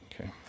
Okay